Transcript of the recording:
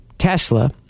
Tesla